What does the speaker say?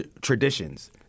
traditions